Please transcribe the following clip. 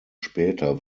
später